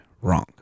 wrong